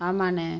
ஆமாண்ணே